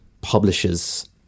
publishers